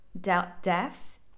death